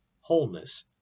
wholeness